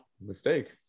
mistake